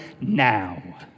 now